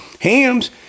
Hams